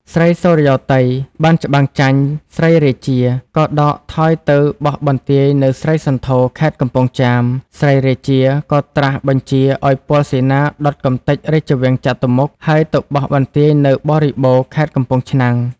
ស្រីសុរិយោទ័យ បានច្បាំងចាញ់ ស្រីរាជា ក៏ដកថយទៅបោះបន្ទាយនៅស្រីសន្ធរ ខេត្តកំពង់ចាម ស្រីរាជាក៏ត្រាសបញ្ជារឱ្យពលសេនាដុតកំទេចរាជវាំងចតុមុខ ហើយទៅបោះបន្ទាយនៅបរិបូរណ៍ ខេត្តកំពង់ឆ្នាំង។